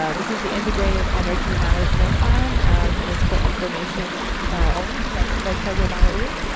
ah this is the integrated energy management plan and it's for information only. yes, vice president malauulu?